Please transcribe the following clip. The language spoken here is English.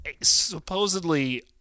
supposedly